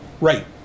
Right